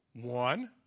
One